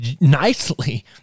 nicely